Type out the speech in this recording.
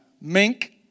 mink